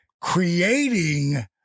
creating